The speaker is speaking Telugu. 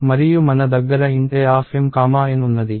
మరియు మన దగ్గర int AMN ఉన్నది